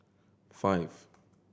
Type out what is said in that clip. five